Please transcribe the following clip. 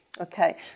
Okay